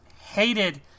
Hated